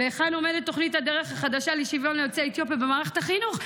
2. היכן עומדת הדרך החדשה לשוויון ליוצאי אתיופיה במערכת החינוך,